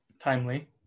Timely